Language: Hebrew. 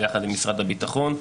יחד עם משרד הביטחון,